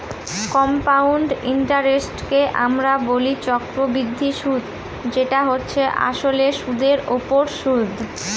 compound ইন্টারেস্টকে আমরা বলি চক্রবৃদ্ধি সুদ যেটা হচ্ছে আসলে সুধের ওপর সুদ